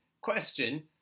question